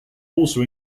also